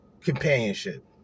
companionship